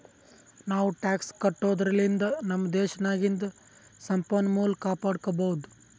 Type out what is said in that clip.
ನಾವೂ ಟ್ಯಾಕ್ಸ್ ಕಟ್ಟದುರ್ಲಿಂದ್ ನಮ್ ದೇಶ್ ನಾಗಿಂದು ಸಂಪನ್ಮೂಲ ಕಾಪಡ್ಕೊಬೋದ್